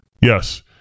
Yes